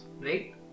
Right